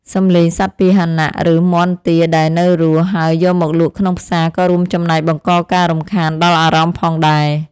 សំឡេងសត្វពាហនៈ ឬមាន់ទាដែលនៅរស់ ហើយយកមកលក់ក្នុងផ្សារក៏រួមចំណែកបង្កការរំខានដល់អារម្មណ៍ផងដែរ។